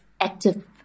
active